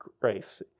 grace